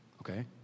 okay